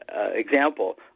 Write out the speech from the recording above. example